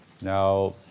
Now